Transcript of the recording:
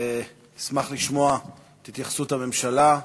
נשמח לשמוע את התייחסות הממשלה.